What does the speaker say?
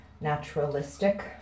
naturalistic